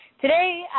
Today